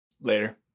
Later